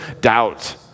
doubt